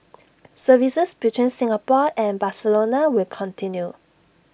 services between Singapore and Barcelona will continue